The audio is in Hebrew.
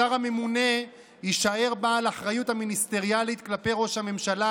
השר הממונה יישאר בעל האחריות המיניסטריאלית כלפי ראש הממשלה,